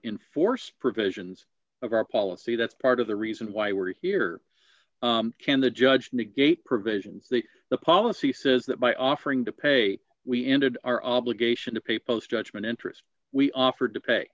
enforce provisions of our policy that's part of the reason why we're here can the judge negate provisions the the policy says that by offering to pay we ended our obligation to pay post judgment interest we offered to pay